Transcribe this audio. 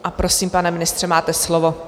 A prosím, pane ministře, máte slovo.